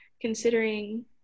considering